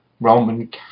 Roman